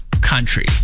country